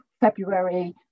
February